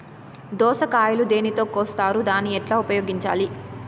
దోస కాయలు దేనితో కోస్తారు దాన్ని ఎట్లా ఉపయోగించాలి?